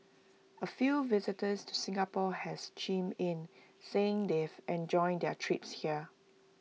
A few visitors to Singapore has chimed in saying they've enjoyed their trips here